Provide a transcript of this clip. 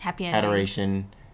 adoration